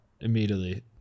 immediately